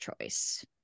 choice